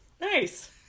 Nice